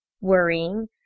worrying